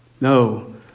No